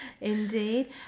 indeed